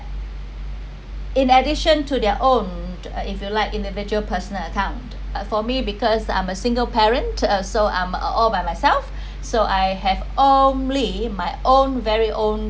in addition to their own if you like individual personal account uh for me because I'm a single parent so um uh all by myself so I have only my own very own